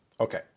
Okay